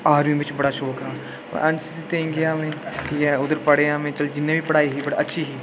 army च बड़ा शौक हा एनसीसी ताहीं गेआ उत्थें पढ़ेआ में चलो जि'न्नी बी पढ़ाई ही पर अच्छी ही